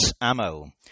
ammo